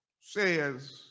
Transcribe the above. says